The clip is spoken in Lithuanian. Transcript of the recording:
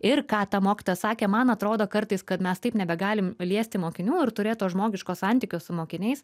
ir ką ta mokytoja sakė man atrodo kartais kad mes taip nebegalim liesti mokinių ir turėt to žmogiško santykio su mokiniais